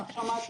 לא,